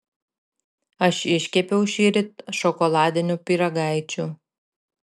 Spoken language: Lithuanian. aš iškepiau šįryt šokoladinių pyragaičių